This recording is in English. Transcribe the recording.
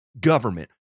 government